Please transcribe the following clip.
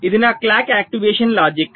ఇది నా clock activation logic